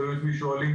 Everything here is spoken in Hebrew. תלוי את מי שואלים,